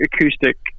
acoustic